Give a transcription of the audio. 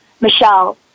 Michelle